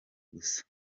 gusa